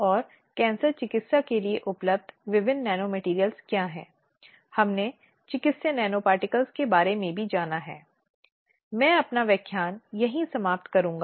इसलिए नुकसान का निर्धारण जो कि दोष निर्धारित करना है या जो कि स्थापित होना है